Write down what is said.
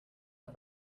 are